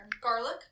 garlic